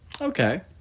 Okay